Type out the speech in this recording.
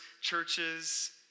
churches